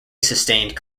sustained